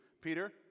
Peter